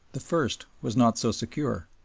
the first was not so secure.